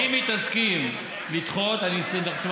אם היא תסכים לדחות, אני אשמח.